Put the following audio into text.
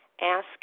Ask